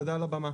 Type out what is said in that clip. תודה על הבמה.